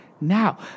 now